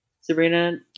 Sabrina